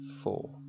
four